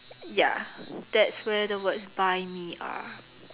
ya that's where the words buy me are